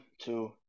two